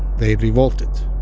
they revolted